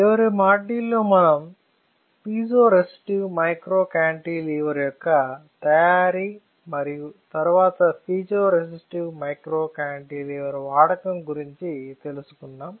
చివరి మాడ్యూల్లో మనం పైజోరెసిస్టివ్ మైక్రోకాంటిలివర్ యొక్క తయారీ మరియు తరువాత పీజోరెసిస్టివ్ మైక్రోకాంటిలివర్ వాడకం గురించి తెలుసుకొన్నాం